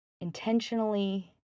intentionally